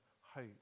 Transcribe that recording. hope